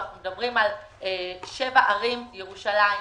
אנחנו מדברים על 7 ערים: ירושלים,